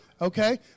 Okay